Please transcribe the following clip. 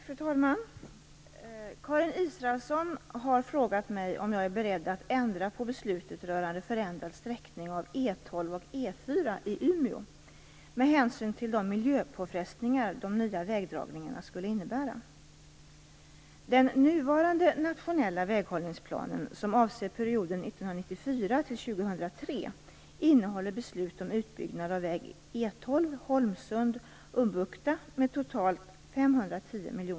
Fru talman! Karin Israelsson har frågat mig om jag är beredd att ändra på beslutet rörande förändrad sträckning av E 12 och E 4 i Umeå med hänsyn till de miljöpåfrestningar de nya vägdragningarna skulle innebära.